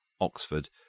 Oxford